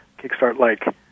kickstart-like